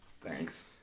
Thanks